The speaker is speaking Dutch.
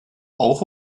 oog